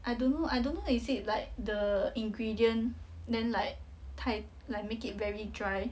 I don't know I don't know is it like the ingredient then like 太 like make it very dry